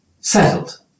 settled